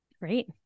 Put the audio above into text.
Great